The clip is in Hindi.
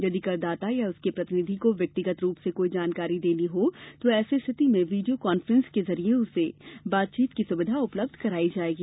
यदि करदाता या उसके प्रतिनिधि को व्यक्तिगत रूप से कोई जानकारी देनी हो तो ऐसी स्थिति में वीडियो कॉन्फ्रेन्स के जरिए उसे बातचीत की सुविधा उपलब्ध कराई जायेगी